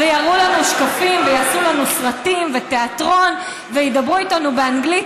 יראו לנו שקפים ויעשו לנו סרטים ותיאטרון וידברו איתנו באנגלית,